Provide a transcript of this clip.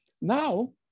Now